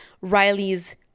Riley's